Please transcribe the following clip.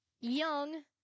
Young